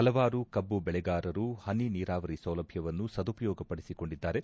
ಪಲವಾರು ಕಬ್ಬು ಬೆಳೆಗಾರರು ಹನಿ ನೀರಾವರಿ ಸೌಲಭ್ಯವನ್ನು ಸದುಪಯೋಗಪಡಿಸಿಕೊಂಡಿದ್ದಾರೆ